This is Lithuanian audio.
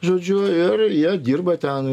žodžiu ir jie dirba ten